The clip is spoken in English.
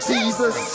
Jesus